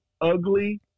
ugly